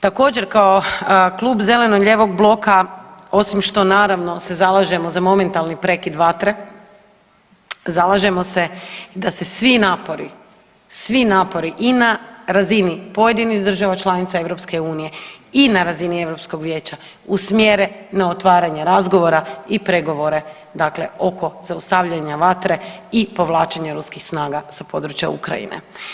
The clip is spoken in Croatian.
Također, kao Klub zeleno-lijevog bloka osim što naravno se zalažemo za momentalni prekid vatre, zalažemo se da se svi napori, svi napori i na razini pojedinih država članica EU i na razini Europskog vijeća usmjere na otvaranje razgovora i pregovore dakle oko zaustavljanja vatre i povlačenja ruskih snaga sa područja Ukrajine.